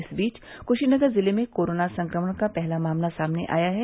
इस बीच क्शीनगर जिले में कोरोना संक्रमण का पहला मामला सामने आया है